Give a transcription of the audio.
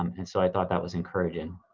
um and so i thought that was encouraging.